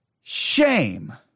shame